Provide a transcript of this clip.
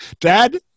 Dad